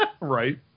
Right